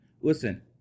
Listen